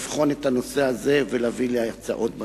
לבחון את הנושא הזה ולהביא לי הצעות בנושא.